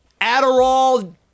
Adderall